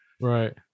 Right